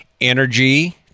energy